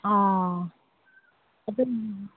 ꯑꯥ ꯑꯗꯨꯝ